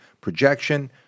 projection